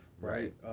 right